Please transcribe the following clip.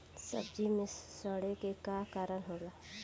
सब्जी में सड़े के का कारण होला?